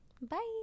bye